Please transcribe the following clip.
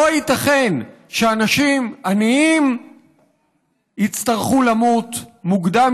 לא ייתכן שאנשים עניים יצטרכו למות מוקדם